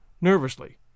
nervously